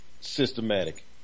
systematic